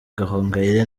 gahongayire